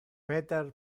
peter